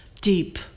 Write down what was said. deep